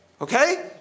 Okay